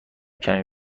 کمی